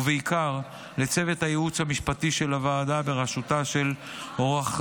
ובעיקר לצוות הייעוץ המשפטי של הוועדה בראשותה של עו"ד